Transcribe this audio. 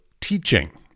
teaching